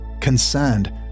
concerned